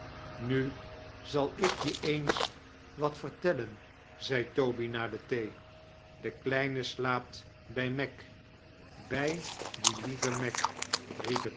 nu zal ik je eens wat vertellen zei toby na de thee de kleine slaapt bij meg bij die lieve meg